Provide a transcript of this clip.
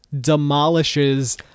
Demolishes